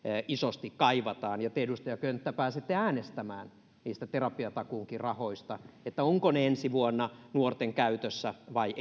isosti kaivataan ja te edustaja könttä pääsette äänestämään niistä terapiatakuunkin rahoista ovatko ne ensi vuonna nuorten käytössä vai